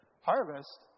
Harvest